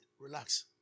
relax